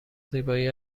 زیبایی